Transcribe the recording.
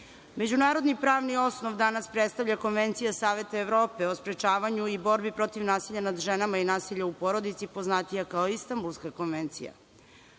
Međunarodni pravni osnov danas predstavlja Konvencija Saveta Evrope o sprečavanju i borbi protiv nasilja nad ženama i nasilja u porodici, poznatija kao Istambulska konvencija.